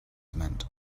meant